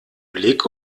blick